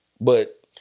but-